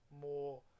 more